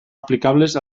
aplicables